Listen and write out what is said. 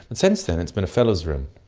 but since then it's been a fellows room.